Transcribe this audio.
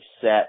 set